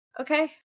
Okay